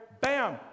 Bam